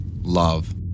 love